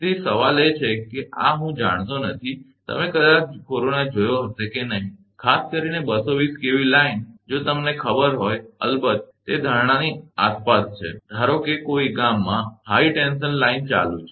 તેથી સવાલ એ છે કે આ હું જાણતો નથી કે તમે કદાચ કોરોના જોયો હશે કે નહીં ખાસ કરીને 220 kV line કેવી લાઇન જો તમને ખબર હોય કે અલબત્ત તે ધારણાની આસપાસ હશે ધારો કે કોઈ ગામમાં ઉચ્ચ તણાવ લાઇન ચાલુ છે